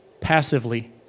passively